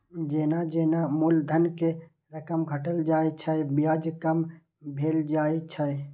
जेना जेना मूलधन के रकम घटल जाइ छै, ब्याज कम भेल जाइ छै